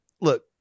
look